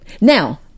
Now